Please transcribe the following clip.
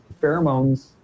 Pheromones